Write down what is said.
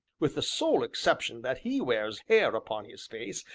with the sole exception that he wears hair upon his face,